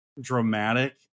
Dramatic